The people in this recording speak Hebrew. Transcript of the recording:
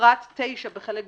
לפרט 9 בחלק ג',